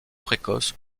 précoces